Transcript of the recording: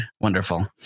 wonderful